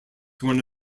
one